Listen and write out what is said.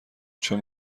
چون